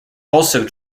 also